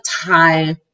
tie